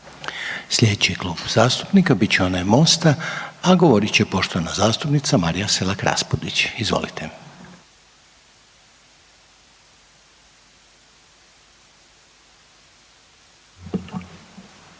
Slijedeći Klub zastupnika bit će onaj MOST-a, a govorit će poštovana zastupnica Marija Selak Raspudić. Izvolite.